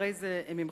הרי זה ממך,